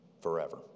forever